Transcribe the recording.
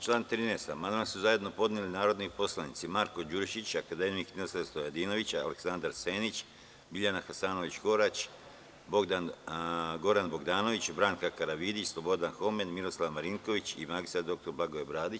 Na član 13. amandman su zajedno podneli narodni poslanici Marko Đurišić, akademik Ninoslav Stojadinović, Aleksandar Senić, Biljana Hasanović Korać, Goran Bogdanović, Branka Karavidić, Slobodan Homen, Miroslav Marinković i mr Blagoje Bradić.